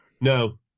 No